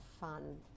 fun